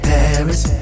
Paris